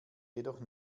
jedoch